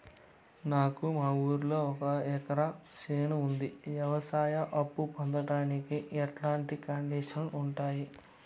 నాకు మా ఊరిలో ఒక ఎకరా చేను ఉంది, వ్యవసాయ అప్ఫు పొందడానికి ఎట్లాంటి కండిషన్లు ఉంటాయి?